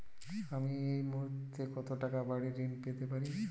আমি এই মুহূর্তে কত টাকা বাড়ীর ঋণ পেতে পারি?